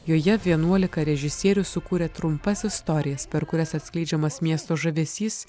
joje vienuolika režisierius sukūrė trumpas istorijas per kurias atskleidžiamas miesto žavesys